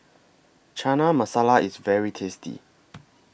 Chana Masala IS very tasty